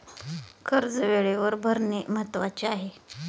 कर्ज वेळेवर भरणे महत्वाचे आहे